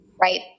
Right